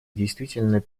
действительно